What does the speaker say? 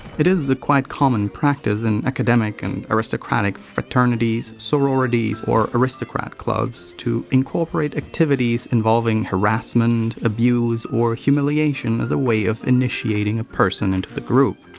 it is a quite common practice in academic and aristocratic fraternities, sororities or aristocrat clubs to incorporate activities involving harassment, abuse or humiliation as a way of initiating a person into the group.